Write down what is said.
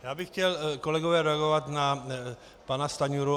Já bych chtěl, kolegové, reagovat na pana Stanjuru.